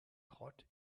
hot